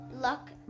luck